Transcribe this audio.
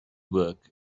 work